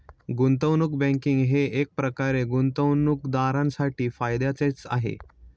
गुंतवणूक बँकिंग हे एकप्रकारे गुंतवणूकदारांसाठी फायद्याचेच आहे